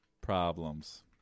Problems